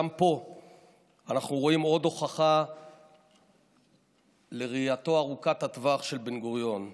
גם פה אנחנו רואים עוד הוכחה לראייתו ארוכת הטווח של בן-גוריון,